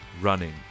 running